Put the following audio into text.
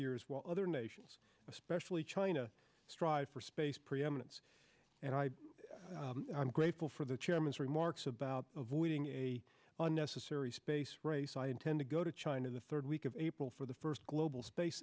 years while other nations especially china strive for space preeminence and i am grateful for the chairman's remarks about avoiding a unnecessary space race i intend to go to china the third week of april for the first global space